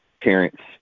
parents